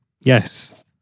Yes